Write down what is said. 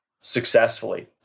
successfully